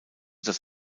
das